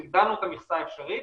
המכסה האפשרית.